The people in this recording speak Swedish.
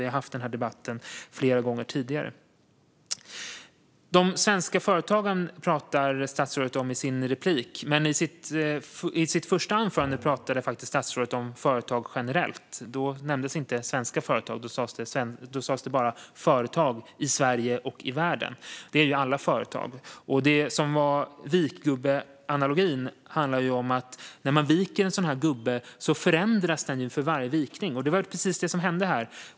Vi har haft den här debatten flera gånger tidigare. De svenska företagen pratade statsrådet om i sitt senaste anförande, men i interpellationssvaret pratade hon faktiskt om företag generellt. Då nämndes inte svenska företag, utan det talades om företag i Sverige och världen. Det innebär alla företag. Vikgubbeanalogin handlade om att en sådan här gubbe förändras för varje vikning. Det var precis det som hände här.